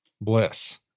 bliss